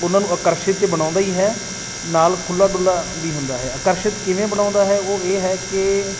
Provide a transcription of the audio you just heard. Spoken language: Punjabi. ਉਹਨਾਂ ਨੂੰ ਆਕਰਸ਼ਿਤ ਤਾਂ ਬਣਾਉਂਦਾ ਹੀ ਹੈ ਨਾਲ ਖੁੱਲ੍ਹਾ ਡੁੱਲ੍ਹਾ ਵੀ ਹੁੰਦਾ ਹੈ ਆਕਰਸ਼ਿਤ ਕਿਵੇਂ ਬਣਾਉਂਦਾ ਹੈ ਉਹ ਇਹ ਹੈ ਕਿ